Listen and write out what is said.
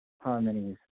harmonies